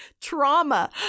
trauma